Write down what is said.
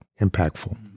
impactful